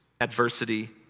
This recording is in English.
adversity